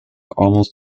almost